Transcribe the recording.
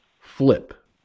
flip